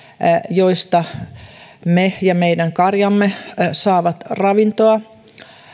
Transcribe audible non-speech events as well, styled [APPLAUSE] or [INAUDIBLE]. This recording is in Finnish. joista me [UNINTELLIGIBLE] [UNINTELLIGIBLE] ja meidän karjamme saavat ravintoa